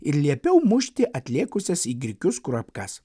ir liepiau mušti atlėkusias į grikius kurapkas